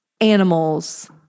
animals